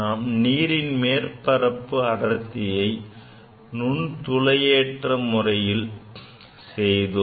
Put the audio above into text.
நாம் நீரின் மேற்பரப்பு அடர்த்தியை நுண்துளையேற்ற முறையில் செய்தோம்